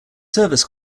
service